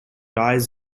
eyes